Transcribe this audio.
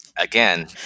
Again